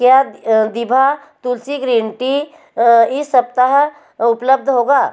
क्या दिभा Tulsi green tea इस सप्ताह उपलब्ध होगा